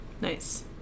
Nice